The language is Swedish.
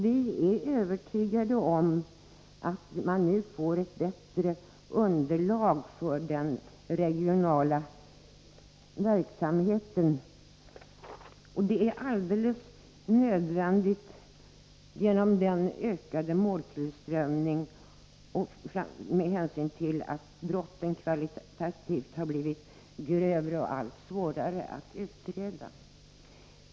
Vi är övertygade om att man nu får ett bättre underlag för den regionala verksamheten, och det är alldeles nödvändigt på grund av den ökade måltillströmningen och med hänsyn till att brotten har blivit grövre och allt svårare att utreda.